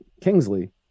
Kingsley